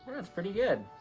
that's pretty good.